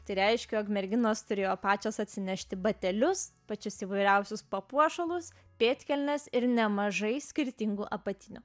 tai reiškia jog merginos turėjo pačios atsinešti batelius pačius įvairiausius papuošalus pėdkelnes ir nemažai skirtingų apatinių